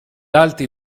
alti